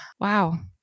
wow